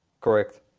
Correct